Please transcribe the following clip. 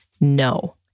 no